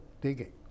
digging